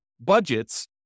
budgets